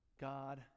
God